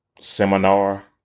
seminar